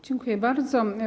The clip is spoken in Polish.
Dziękuję bardzo.